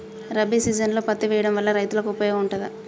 రబీ సీజన్లో పత్తి వేయడం వల్ల రైతులకు ఉపయోగం ఉంటదా?